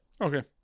Okay